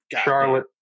Charlotte